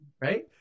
right